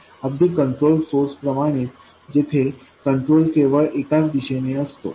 अगदी controlled source प्रमाणेच जेथे कंट्रोल केवळ एकाच दिशेने असतो